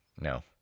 no